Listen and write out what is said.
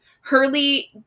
Hurley